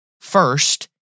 First